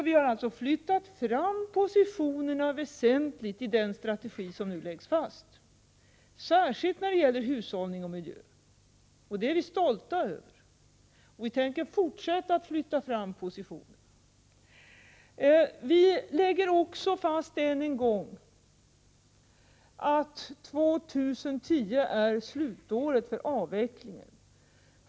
Vi har alltså flyttat fram positionerna väsentligt i den strategi som nu läggs fast, särskilt när det gäller hushållning och miljö. Det är vi stolta över, och vi tänker fortsätta att flytta fram positionerna. Vi lägger också fast än en gång att 2010 är slutåret för avvecklingen.